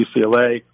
UCLA